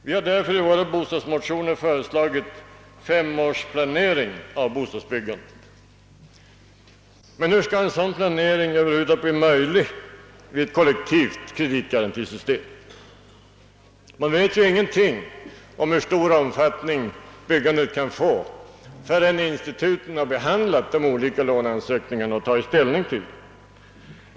Vi har därför i våra bostadsmotioner föreslagit femårsplanering av bostadsbyggandet. Men hur skall en sådan planering över huvud taget bli möjlig vid ett kollektivt kreditgarantisystem? Man vet ingenting om hur stor omfattning byggandet kan få förrän instituten har behandlat de olika låneansökningarna och tagit ställning till dem.